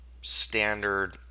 standard